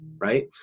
Right